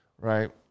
right